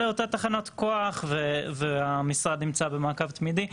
לאותה תחנת כוח, והמשרד נמצא במעקב תמידי.